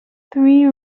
three